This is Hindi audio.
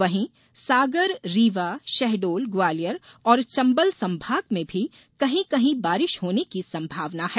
वहीं सागर रीवा शहडोल ग्वालियर और चंबल संभाग में भी कहीं कहीं बारिश होने की संभावना है